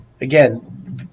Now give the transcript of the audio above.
again